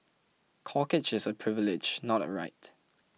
corkage is a privilege not a right